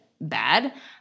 bad